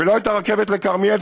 ולא את הרכבת לכרמיאל,